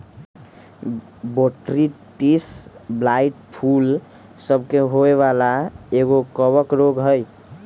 Botrytis blight फूल सभ के होय वला एगो कवक रोग हइ